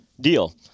deal